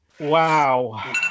Wow